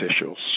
officials